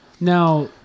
Now